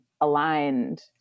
aligned